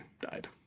died